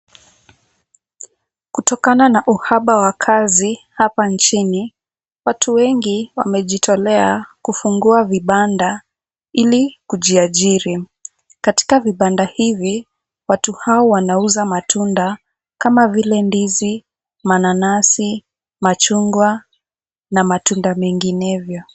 Kutokana na uhaba wa kazi hapa nchini, watu wengi wamejitolea kufungua vibanda ili kujiajiri. Katika vibanda hivi, watu hawa wanauza matunda kama vile ndizi, mananasi, machungwa na matunda menginevyo.